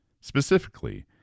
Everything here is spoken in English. specifically